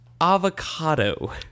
Avocado